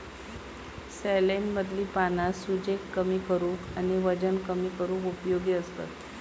सॅलेडमधली पाना सूजेक कमी करूक आणि वजन कमी करूक उपयोगी असतत